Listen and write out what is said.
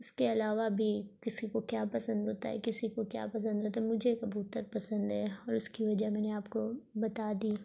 اس کے علاوہ بھی کسی کو کیا پسند ہوتا ہے کسی کو کیا پسند رہتا ہے مجھے کبوتر پسند ہے اور اس کی وجہ میں نے آپ کو بتا دی